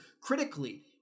critically